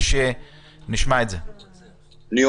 בוא נשמע.